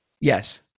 yes